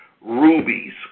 rubies